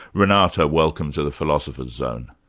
renata, welcome to the philosopher's zone.